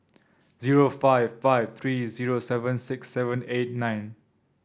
zero five five three zero seven six seven eight nine